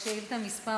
זאת שאילתה מס'